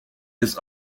his